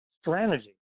strategy